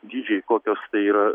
dydžiai kokios tai yra